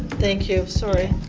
thank you, sorry.